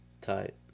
Tight